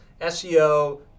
SEO